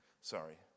Sorry